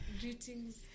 Greetings